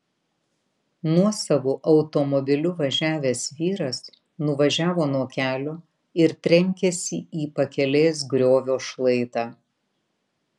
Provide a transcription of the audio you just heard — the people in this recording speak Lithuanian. nuosavu automobiliu važiavęs vyras nuvažiavo nuo kelio ir trenkėsi į pakelės griovio šlaitą